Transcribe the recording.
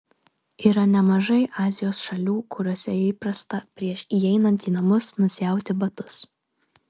yra nemažai azijos šalių kuriose įprasta prieš įeinant į namus nusiauti batus